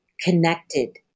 connected